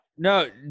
No